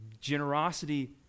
Generosity